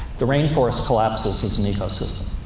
the rain forest collapses as an ecosystem.